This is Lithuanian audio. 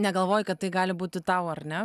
negalvojai kad tai gali būti tau ar ne